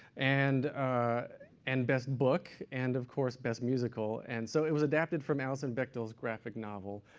and and best book, and of course best musical. and so it was adapted from alison bechdel's graphic novel,